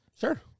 sure